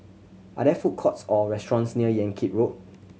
are there food courts or restaurants near Yan Kit Road